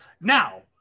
Now